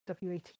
WAT